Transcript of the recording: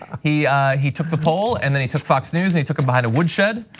he he took the poll and then he took fox news and he took him by the woodshed.